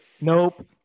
Nope